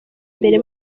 mbere